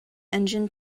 engine